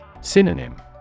Synonym